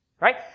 Right